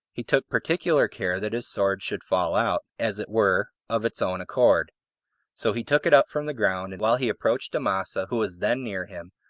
he took particular care that his sword should fall out, as it were, of its own accord so he took it up from the ground, and while he approached amasa, who was then near him,